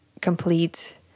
complete